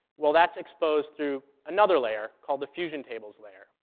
well, that's exposed through another layer called the fusion tables layer.